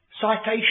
citation